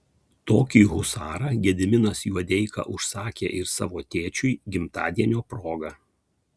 tokį husarą gediminas juodeika užsakė ir savo tėčiui gimtadienio proga